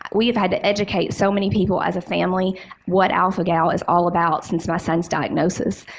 we've had to educate so many people as a family what alpha-gal is all about since my son's diagnosis.